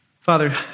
Father